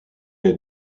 est